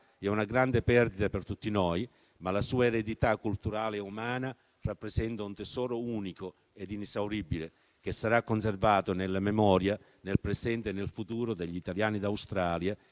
è una grande perdita per tutti noi, ma la sua eredità culturale e umana rappresenta un tesoro unico ed inesauribile, che sarà conservato nella memoria, nel presente e nel futuro degli italiani d'Australia,